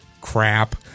crap